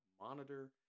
monitor